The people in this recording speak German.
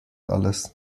alles